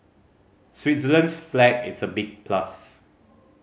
Switzerland's flag is a big plus